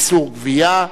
איסור גבייה),